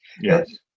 Yes